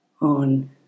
on